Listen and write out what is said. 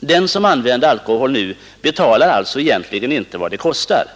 Den som använder alkohol nu betalar egentligen inte vad den kostar.